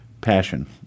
Passion